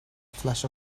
flash